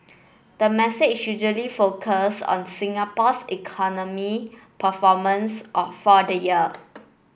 the message usually focus on Singapore's economy performance for the year